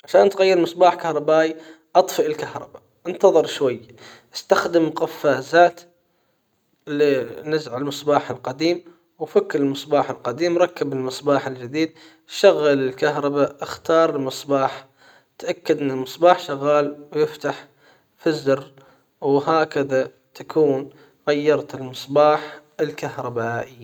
عشان تغير مصباح كهربائي اطفئ الكهرباء انتظر شوي استخدم قفازات لنزع المصباح القديم وفك المصباح القديم ركب المصباح الجديد شغل الكهربا اختار المصباح تأكد ان المصباح شغال ويفتح في الزر وهكذا تكون غيرت المصباح الكهربائي.